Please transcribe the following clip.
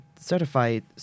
certified